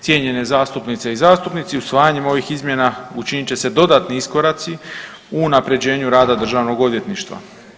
Cijenjene zastupnice i zastupnici, usvajanjem ovih izmjena učinit će se dodatni iskoraci u unaprjeđenju rada državnog odvjetništva.